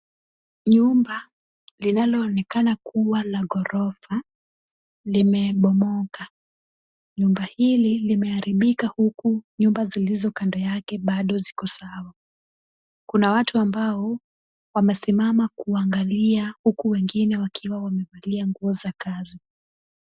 Nyumba linaonekana kuwa la ghorofa, limebomoka. Nyumba hili limeharibika huku nyumba zilizo kando yake bado ziko sawa. Kuna watu ambao wamesimama kuangalia uku wengine wakiwawamevalia nguo za kazi.